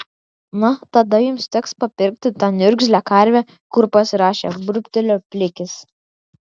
na tada jums teks papirkti tą niurgzlę karvę kur pasirašė burbtelėjo plikis